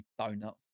donut